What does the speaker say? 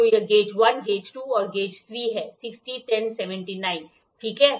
तो यह gauge 1 gauge 2 और गेज 3 है 60 10 79 ठीक है